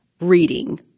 reading